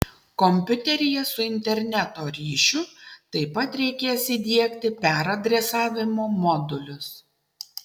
kompiuteryje su interneto ryšiu taip pat reikės įdiegti peradresavimo modulius